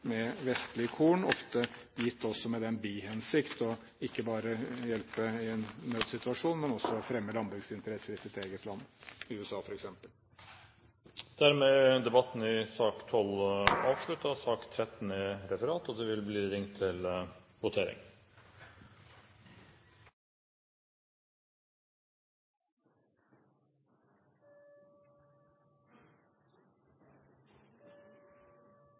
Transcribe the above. med vestlig korn – ofte gitt i bihensikt ikke bare å hjelpe i en nødssituasjon, men å fremme landbruksinteresser i sitt eget land, USA f.eks. Dermed er debatten i sak nr. 12 avsluttet. Vi er klare til å gå til votering.